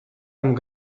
amb